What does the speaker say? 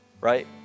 right